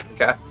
okay